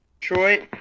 Detroit